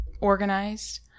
organized